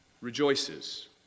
rejoices